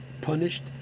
punished